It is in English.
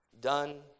done